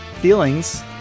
feelings